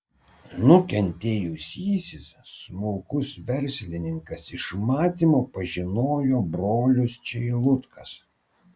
nukentėjusysis smulkus verslininkas iš matymo pažinojo brolius čeilutkas